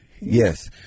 Yes